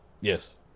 Yes